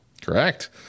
Correct